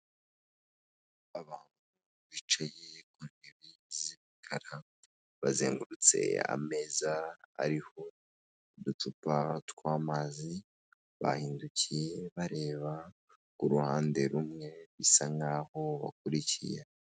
Abantu bicaye ku ntebe zikaraga bazengurutse ameza ariho uducupa tw’ amazi, bahindukiye bareba uruhande rumwe bisa nkaho bakurikiye.